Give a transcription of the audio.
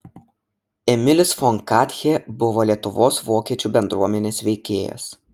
emilis fon katchė buvo lietuvos vokiečių bendruomenės veikėjas